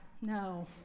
no